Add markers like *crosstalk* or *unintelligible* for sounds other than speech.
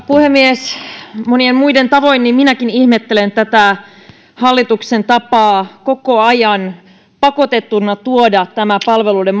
puhemies monien muiden tavoin minäkin ihmettelen tätä hallituksen tapaa koko ajan pakotettuna tuoda palveluiden *unintelligible*